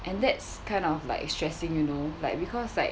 and that's kind of like stressing you know like because like